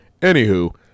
Anywho